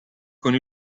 con